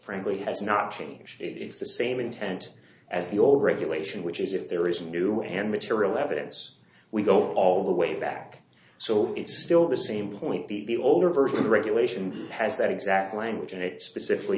frankly has not changed it's the same intent as the all regulation which is if there is a new and material evidence we go all the way back so it's still the same point the older version of the regulation has that exact language and it specifically